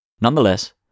Nonetheless